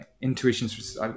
Intuitions